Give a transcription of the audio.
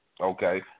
Okay